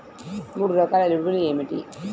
మూడు రకాల ఎరువులు ఏమిటి?